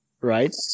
right